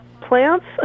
plants